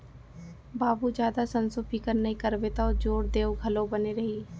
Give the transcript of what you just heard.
बाबू जादा संसो फिकर नइ करबे तौ जोर देंव घलौ बने रही